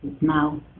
now